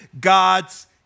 God's